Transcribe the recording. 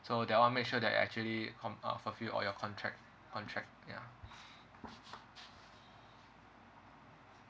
so that one make sure that you actually con~ uh forfeit all your contract contract yeah